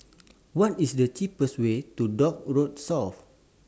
What IS The cheapest Way to Dock Road South